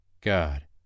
God